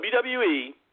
WWE